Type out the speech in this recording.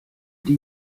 die